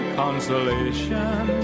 consolation